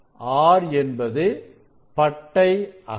R என்பது r பது பட்டை அகலம்